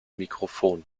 mikrofon